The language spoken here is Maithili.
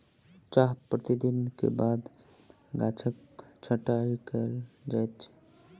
चाह प्राप्ति के बाद गाछक छंटाई कयल जाइत अछि